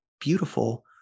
beautiful